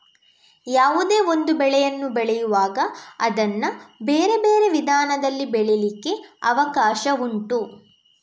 ಯಾವುದೇ ಒಂದು ಬೆಳೆಯನ್ನು ಬೆಳೆಯುವಾಗ ಅದನ್ನ ಬೇರೆ ಬೇರೆ ವಿಧಾನದಲ್ಲಿ ಬೆಳೀಲಿಕ್ಕೆ ಅವಕಾಶ ಉಂಟು